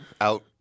out